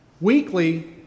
Weekly